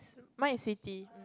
mine is Hwee-Tee